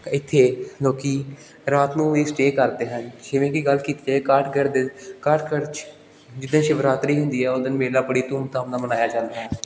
ਇੱਥੇ ਲੋਕ ਰਾਤ ਨੂੰ ਵੀ ਸਟੇਅ ਕਰਦੇ ਹਨ ਜਿਵੇ ਕਿ ਗੱਲ ਕੀਤੀ ਜਾਵੇ ਕਾਠਗੜ ਦੇ ਕਾਠਗੜ 'ਚ ਜਿਸ ਦਿਨ ਸ਼ਿਵਰਾਤਰੀ ਹੁੰਦੀ ਆ ਉਸ ਦਿਨ ਮੇਲਾ ਬੜੀ ਧੂਮ ਧਾਮ ਨਾਲ ਮਨਾਇਆ ਜਾਂਦਾ ਹੈ